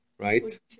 Right